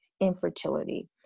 infertility